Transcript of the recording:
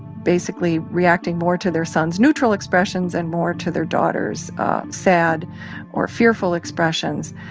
basically reacting more to their sons' neutral expressions and more to their daughters' sad or fearful expressions.